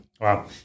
Wow